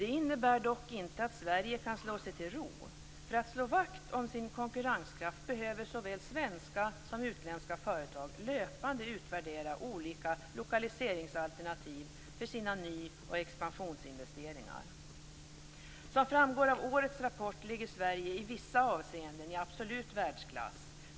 Det innebär dock inte att Sverige kan slå sig till ro. För att slå vakt om sin konkurrenskraft behöver såväl svenska som utländska företag löpande utvärdera olika lokaliseringsalternativ för sina nyoch expansionsinvesteringar. Som framgår av årets rapport ligger Sverige i vissa avseenden i absolut världsklass.